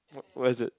wh~ where is it